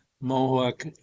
Mohawk